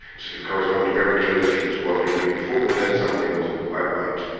sort of corresponded very closely to what they knew before but then, something wasn't quite right.